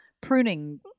pruning